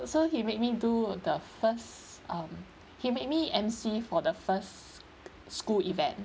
so he made me do the first um he made me emcee for the first school event